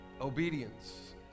obedience